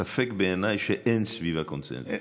ספק בעיניי שאין סביבה קונסנזוס.